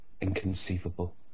inconceivable